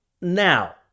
Now